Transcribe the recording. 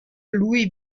louis